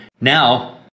Now